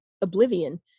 oblivion